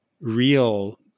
real